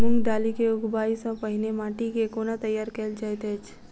मूंग दालि केँ उगबाई सँ पहिने माटि केँ कोना तैयार कैल जाइत अछि?